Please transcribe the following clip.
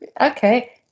okay